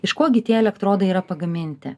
iš ko gi tie elektrodai yra pagaminti